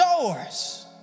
doors